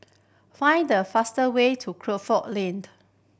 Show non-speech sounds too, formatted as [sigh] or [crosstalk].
find the fastest way to Crawford [unintelligible]